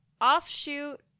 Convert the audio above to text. offshoot